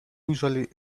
usually